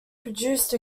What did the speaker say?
produced